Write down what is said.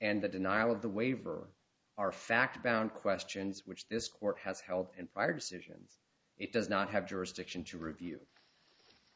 and the denial of the waiver are fact bound questions which this court has held in prior decisions it does not have jurisdiction to review